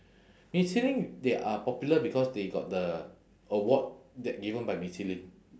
michelin they are popular because they got the award that given by michelin